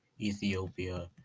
Ethiopia